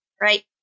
right